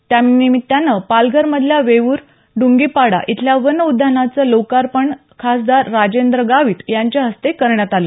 त्या निमित्यानं पालघर मधल्या वेवूर डुंगीपाडा इथल्या वन उद्यानाचं लोकार्पण खासदार राजेंद्र गावित यांच्या हस्ते करण्यात आलं